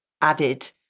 added